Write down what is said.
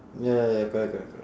ya ya correct correct correct